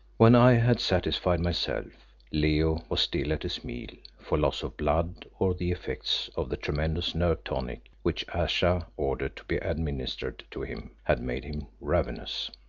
when i had satisfied myself, leo was still at his meal, for loss of blood or the effects of the tremendous nerve tonic which ayesha ordered to be administered to him, had made him ravenous.